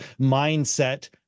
mindset